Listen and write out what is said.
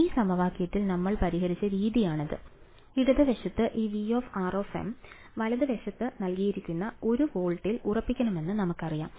ഈ സമവാക്യത്തിൽ നമ്മൾ പരിഹരിച്ച രീതിയാണ് ഇടതുവശത്ത് ഈ V വലതുവശത്ത് നൽകിയിരിക്കുന്ന 1 വോൾട്ടിൽ ഉറപ്പിക്കണമെന്ന് നമുക്കറിയാം